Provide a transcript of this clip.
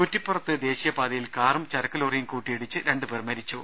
കുറ്റിപ്പുറത്ത് ദേശീയപാതയിൽ കാറും ചരക്ക് ലോറിയും കൂട്ടിയിടിച്ച് രണ്ടു പേർ മരിച്ചു